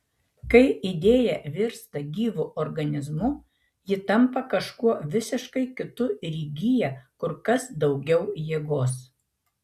kai idėja virsta gyvu organizmu ji tampa kažkuo visiškai kitu ir įgyja kur kas daugiau jėgos